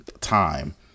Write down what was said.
time